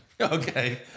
okay